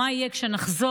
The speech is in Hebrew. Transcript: מה יהיה כשנחזור,